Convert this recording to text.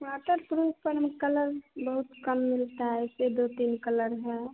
water proof का colour बहुत कम मिलता है एक दो तीन कलर है